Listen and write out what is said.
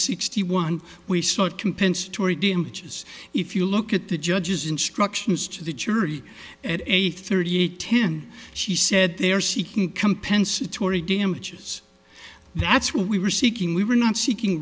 sixty one we saw it compensatory damages if you look at the judge's instructions to the jury at eight thirty eight ten she said they are seeking compensatory damages that's what we were seeking we were not seeking